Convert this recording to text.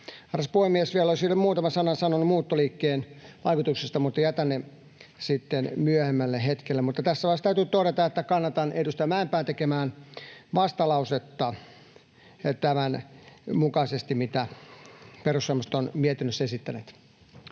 Arvoisa puhemies! Vielä olisin muutaman sanan sanonut muuttoliikkeen vaikutuksista, mutta jätän ne sitten myöhemmälle hetkelle. Tässä vaiheessa täytyy todeta, että kannatan edustaja Mäenpään tekemää vastalausetta tämän mukaisesti, mitä perussuomalaiset ovat mietinnössä esittäneet.